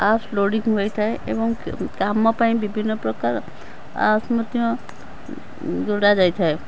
apps loading ହୋଇଥାଏ ଏବଂ କାମ ପାଇଁ ବିଭିନ୍ନ ପ୍ରକାର ଆପ୍ସ ମଧ୍ୟ ଯୋଡ଼ା ଯାଇଥାଏ